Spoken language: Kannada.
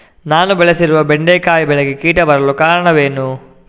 ನಾನು ಬೆಳೆಸಿರುವ ಬೆಂಡೆಕಾಯಿ ಬೆಳೆಗೆ ಕೀಟ ಬರಲು ಕಾರಣವೇನು?